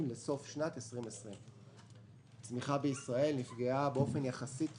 לסוף שנת 2020. בשנת 2020 הצמיחה בישראל נפגעה באופן מתון יחסית